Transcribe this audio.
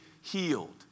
healed